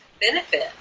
benefit